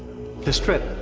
the strip,